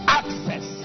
access